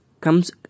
comes